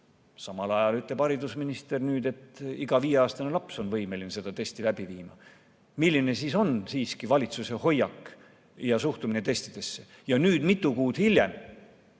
Samal ajal ütleb haridusminister, et iga viieaastane laps on võimeline seda testi läbi viima. Milline siis on valitsuse hoiak ja suhtumine testidesse? Me oleme korduvalt